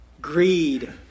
greed